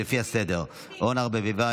זה לפי הסדר: אורנה ברביבאי,